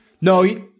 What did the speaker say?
No